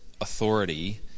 authority